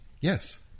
Yes